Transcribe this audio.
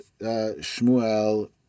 Shmuel